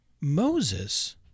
Moses